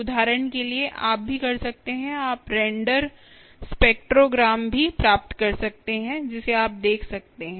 उदाहरण के लिए आप भी प्राप्त कर सकते हैं आप रेंडर स्पेक्ट्रोग्राम भी प्राप्त कर सकते हैं जिसे आप देख सकते हैं